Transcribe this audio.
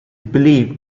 believed